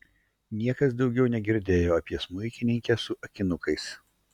niekas daugiau negirdėjo apie smuikininkę su akinukais